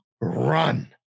run